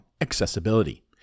accessibility